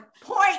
point